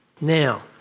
Now